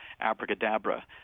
abracadabra